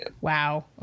Wow